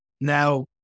Now